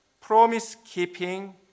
promise-keeping